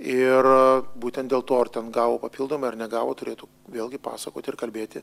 ir būtent dėl to ar ten gavo papildomą ar negavo turėtų vėlgi pasakoti ir kalbėti